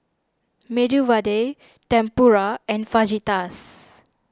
Medu Vada Tempura and Fajitas